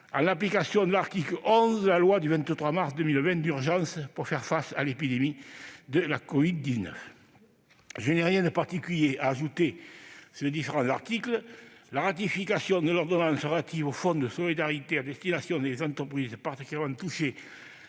en application de l'article 11 de la loi du 23 mars 2020 d'urgence pour faire face à l'épidémie de covid-19. Je n'aurai rien de particulier à dire sur les différents articles. Il va de soi qu'il faut ratifier l'ordonnance du 10 juin 2020 relative au fonds de solidarité à destination des entreprises particulièrement touchées